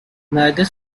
neither